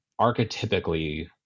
archetypically